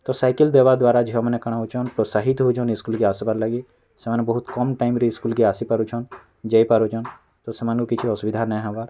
ତ ସାଇକେଲ୍ ଦେବା ଦ୍ଵାରା ଝିଅମାନେ କାଣ ହଉଛନ୍ ପ୍ରୋତ୍ସାହିନ ହଉଛନ୍ ଇସ୍କୁଲ୍କେ ଆସ୍ବାର୍ ଲାଗି ସେମାନେ ବହୁତ୍ କମ୍ ଟାଇମ୍ରେ ଇସ୍କୁଲ୍କେ ଆସି ପାରୁଛନ୍ ଯେଇପାରୁଛନ୍ ତ ସେମାନଙ୍କୁ କିଛି ଅସୁବିଧା ନାଇଁ ହବାର୍